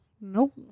Nope